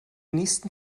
nächsten